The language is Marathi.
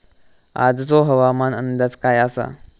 आजचो हवामान अंदाज काय आसा?